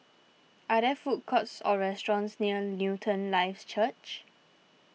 are there food courts or restaurants near Newton Life Church